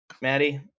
Maddie